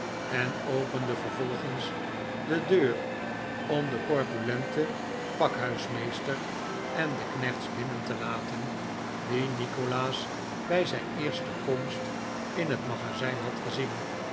en opende vervolgens de deur om den corpulenten pakhuismeester en de knechts binnen te laten die nikolaas bij zijn eerste komst in het magazijh had gezien